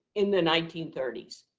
in the nineteen thirty.